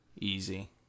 Easy